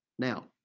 Now